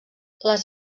les